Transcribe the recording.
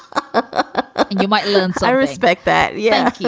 ah you might learn. so i respect that. yeah,